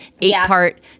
eight-part